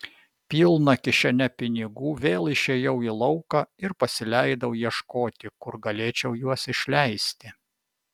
pilna kišene pinigų vėl išėjau į lauką ir pasileidau ieškoti kur galėčiau juos išleisti